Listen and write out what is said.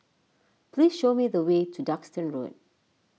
please show me the way to Duxton Road